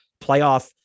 playoff